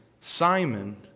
Simon